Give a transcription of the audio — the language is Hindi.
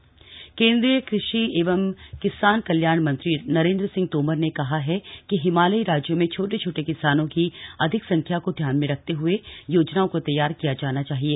कृषि अन्संधान बैठक केन्द्रीय कृषि एवं किसान कल्याण मंत्री नरेन्द्र सिंह तोमर ने कहा है कि कि हिमालयी राज्यों में छोटे छोटे किसानों की अधिक संख्या को ध्यान में रखते हए योजनाओं को तैयार किया जाना चाहिए